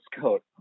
coat